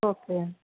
okay